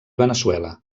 veneçuela